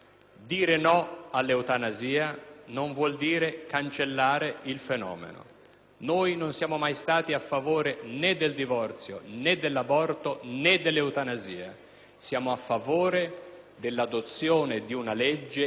Non siamo mai stati a favore del divorzio, né dell'aborto, né dell'eutanasia; siamo a favore dell'adozione di una legge che consenta il governo e la regolamentazione di questi fenomeni,